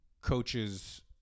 coaches